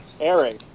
Eric